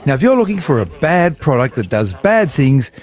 yeah if you're looking for a bad product that does bad things,